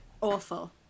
Awful